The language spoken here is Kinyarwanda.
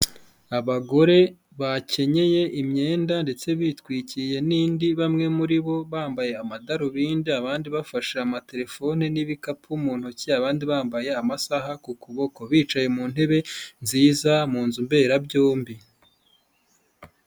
Abagore bakenyeye imyenda ndetse bitwikiye n'indi, bamwe muri bo bambaye amadarubindi abandi bafashe amatelefoni n'ibikapu mu ntoki abandi bambaye amasaha ku kuboko bicaye mu ntebe nziza mu nzu mberabyombi.